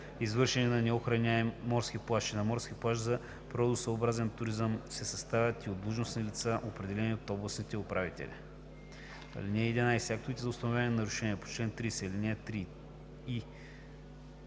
извършени на неохраняем морски плаж и на морски плаж за природосъобразен туризъм, се съставят и от длъжностни лица, определени от областните управители. (11) Актовете за установяване на нарушенията по чл. 30, ал. 3 се